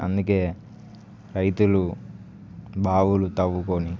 అందుకే రైతులు బావులు తవ్వుకొని